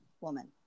woman